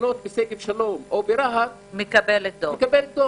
לקנות בשגב שלום או ברהט, מקבלת דוח.